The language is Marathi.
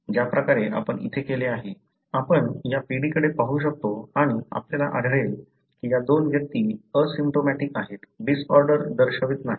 ज्या प्रकारे आपण इथे केले आहे आपण या पिढीकडे पाहू शकतो आणि आपल्याला आढळले की या दोन व्यक्ती असिम्प्टोमॅटिक आहेत डिसऑर्डर दर्शवत नाहीत